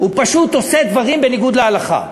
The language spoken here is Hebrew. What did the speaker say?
הוא פשוט עושה דברים בניגוד להלכה,